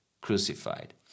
crucified